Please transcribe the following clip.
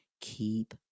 Keep